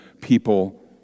people